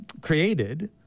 created